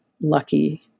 lucky